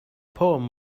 poem